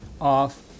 off